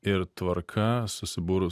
ir tvarka susibūrus